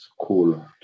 school